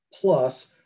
plus